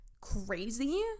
crazy